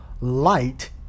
light